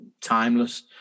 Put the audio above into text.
timeless